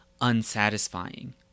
unsatisfying